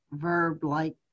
verb-like